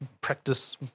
practice